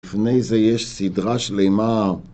‫לפני זה יש סדרה שלמה.